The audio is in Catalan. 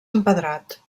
empedrat